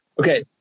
okay